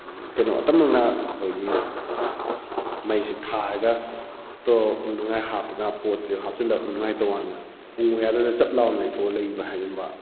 ꯀꯩꯅꯣ ꯑꯇꯝꯅꯅ ꯑꯈꯣꯏꯒꯤ ꯃꯩꯁꯦ ꯊꯥꯔꯒ ꯇꯧꯔꯛꯅꯉꯥꯏ ꯍꯥꯞꯄꯒ ꯄꯣꯠꯁꯦ ꯍꯥꯞꯆꯤꯜꯛꯅꯉꯥꯏ ꯇꯧꯀꯥꯟꯗ ꯎꯉꯨ ꯌꯥꯗꯗꯅ ꯆꯞ ꯂꯥꯎꯅ ꯂꯦꯞꯊꯣꯛꯑꯒ ꯂꯩꯈꯤꯕ ꯍꯥꯏꯕꯒꯨꯝꯕ